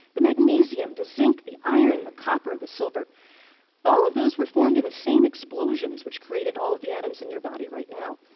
the magnesium, the zinc, the iron, the copper, the silver all of those were formed in the same explosions which created all of the atoms in your body right now.